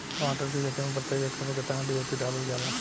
टमाटर के खेती मे प्रतेक एकड़ में केतना डी.ए.पी डालल जाला?